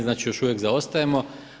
Znači još uvijek zaostajemo.